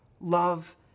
love